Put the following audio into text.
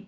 এই